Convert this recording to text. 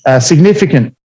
significant